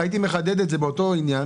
הייתי מחדד את זה, באותו עניין.